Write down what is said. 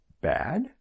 bad